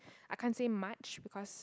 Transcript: I can't say much because